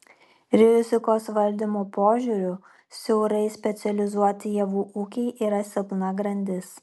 rizikos valdymo požiūriu siaurai specializuoti javų ūkiai yra silpna grandis